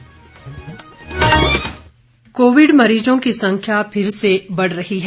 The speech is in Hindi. कोविड संदेश कोविड मरीजों की संख्या फिर से बढ़ रही है